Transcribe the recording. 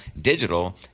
digital